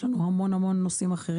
אחרי שנת האחריות יש למעשה ואקום,